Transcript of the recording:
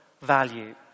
value